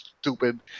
stupid